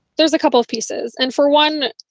there's a couple of pieces. and for one,